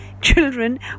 children